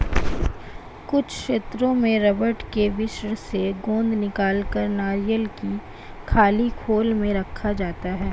कुछ क्षेत्रों में रबड़ के वृक्ष से गोंद निकालकर नारियल की खाली खोल में रखा जाता है